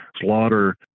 slaughter